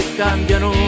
cambiano